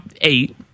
eight